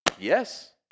Yes